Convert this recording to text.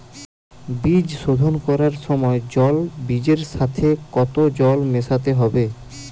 বীজ শোধন করার সময় জল বীজের সাথে কতো জল মেশাতে হবে?